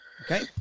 Okay